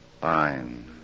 Fine